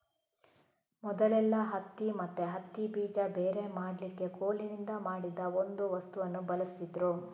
ಮೊದಲೆಲ್ಲಾ ಹತ್ತಿ ಮತ್ತೆ ಹತ್ತಿ ಬೀಜ ಬೇರೆ ಮಾಡ್ಲಿಕ್ಕೆ ಕೋಲಿನಿಂದ ಮಾಡಿದ ಒಂದು ವಸ್ತು ಬಳಸ್ತಿದ್ರು